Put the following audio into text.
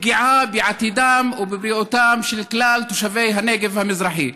זה פגיעה בעתידם ובבריאותם של כלל תושבי הנגב המזרחי.